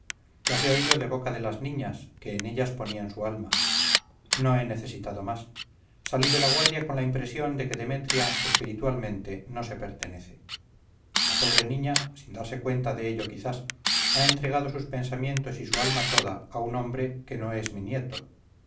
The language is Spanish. he oído de boca de las niñas que en ellas ponían su alma no he necesitado más salí de la guardia con la impresión de que demetria espiritualmente no se pertenece la pobre niña sin darse cuenta de ello quizás ha entregado sus pensamientos y su alma toda a un hombre que no es mi nieto